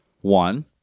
One